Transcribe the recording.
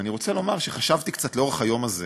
ואני רוצה לומר שחשבתי קצת לאורך היום הזה,